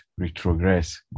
retrogress